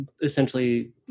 essentially